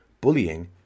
bullying